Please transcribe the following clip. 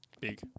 Big